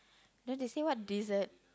then they say what dessert